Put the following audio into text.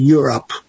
Europe